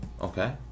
Okay